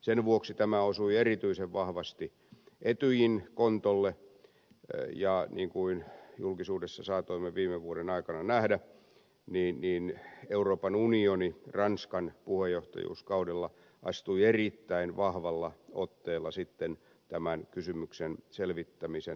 sen vuoksi tämä osui erityisen vahvasti etyjin kontolle ja niin kuin julkisuudessa saatoimme viime vuoden aikana nähdä euroopan unioni ranskan puheenjohtajuuskaudella astui erittäin vahvalla otteella tämän kysymyksen selvittämisen näyttämölle